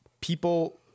people